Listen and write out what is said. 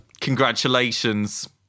Congratulations